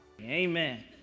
Amen